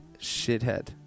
Shithead